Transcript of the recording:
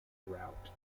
rout